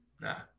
Nah